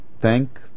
thank